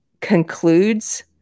concludes